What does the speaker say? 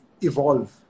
evolve